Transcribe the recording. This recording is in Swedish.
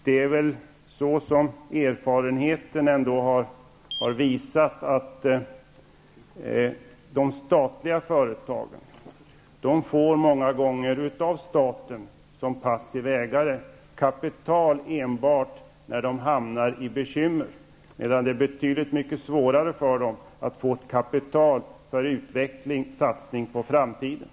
Av erfarenhet vet vi att de statliga företagen många gånger av staten som passiv ägare får kapital enbart när de hamnar i en bekymmersam situation. Och ännu svårare är det att få kapital för utveckling och satsningar på framtiden.